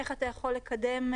איך אתה יכול לקדם,